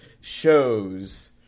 shows